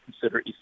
consider